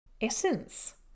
essence